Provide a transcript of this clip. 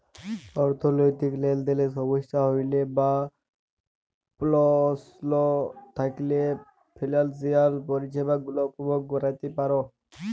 অথ্থলৈতিক লেলদেলে সমস্যা হ্যইলে বা পস্ল থ্যাইকলে ফিলালসিয়াল পরিছেবা গুলা উপভগ ক্যইরতে পার